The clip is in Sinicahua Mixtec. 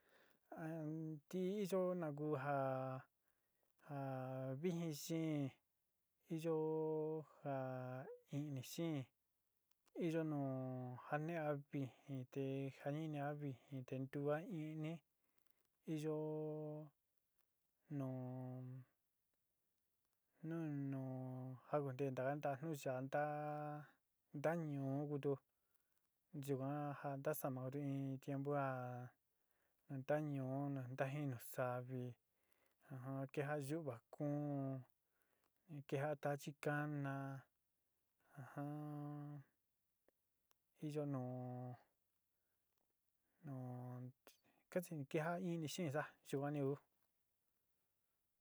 Ntí iyo na kú ja ja vijin xeén, iyo ja ijnɨ xeén, iyo nu ja neé a vijin te ja ini a vijin te ntua ijní, iyo nu nu nu ja kunté ntaka nullantá tañu'ú kutu yuan ntasamao in tiempu ja ntajñúú nu ntajitnu sávi nu kejaá yu'uva ku'un, kejá tachi kána iyo nu kasi ni kejaá ini xeén sa'a yuan ni kú.